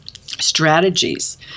strategies